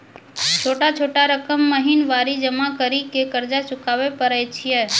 छोटा छोटा रकम महीनवारी जमा करि के कर्जा चुकाबै परए छियै?